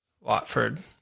Watford